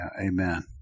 Amen